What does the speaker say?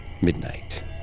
midnight